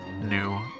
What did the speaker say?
new